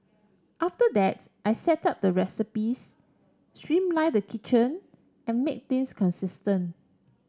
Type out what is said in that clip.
after that I set up the recipes streamline the kitchen and made things consistent